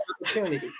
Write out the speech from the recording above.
opportunity